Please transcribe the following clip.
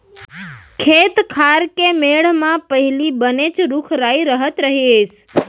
खेत खार के मेढ़ म पहिली बनेच रूख राई रहत रहिस